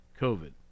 COVID